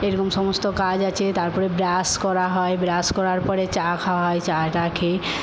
এরম সমস্ত কাজ আছে তারপরে ব্রাশ করা হয় ব্রাশ করার পরে চা খাওয়া হয় চা টা খেয়ে